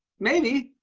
maybe.